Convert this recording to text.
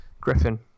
Griffin